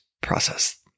process